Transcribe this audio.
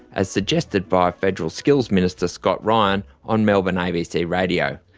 as suggested by federal skills minister scott ryan on melbourne abc radio.